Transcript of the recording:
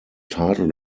title